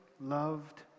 loved